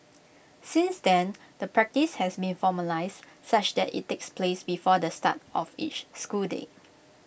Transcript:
since then the practice has been formalised such that IT takes place before the start of each school day